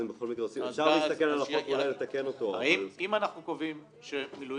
אז הם בכל מקרה עושים --- אם אנחנו קובעים שמילואים